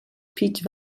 peach